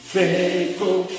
Faithful